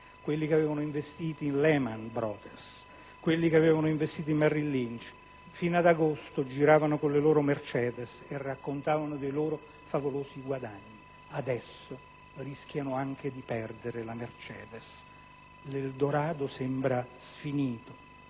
quelli che avevano investito in Lehman Brothers e in Merill Lynch. Fino ad agosto giravano sulle loro Mercedes e raccontavano dei loro favolosi guadagni. Adesso rischiano di perdere anche la Mercedes. L'Eldorado sembra finito,